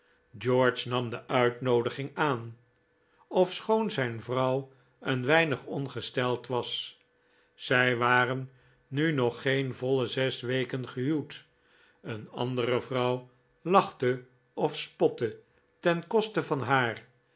george nam de uitnoodiging aan ofschoon zijn vrouw een weinig ongesteld was zij waren nu nog geen voile zes weken gehuwd een andere vrouw lachte of spotte ten koste van haar